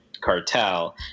cartel